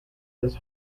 this